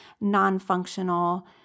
non-functional